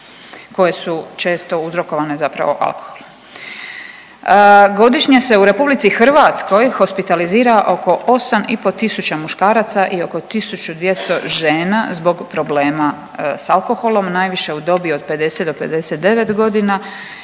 koje su često uzrokovane zapravo alkoholom. Godišnje se u RH hospitalizira oko 8,5 tisuća muškaraca i oko 1.200 žena zbog problema s alkoholom, najviše u dobi od 50 do 59 godina